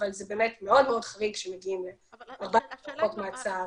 זה באמת מאוד-מאוד חריג שמגיעים ל-14 הארכות מעצר